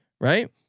Right